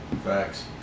Facts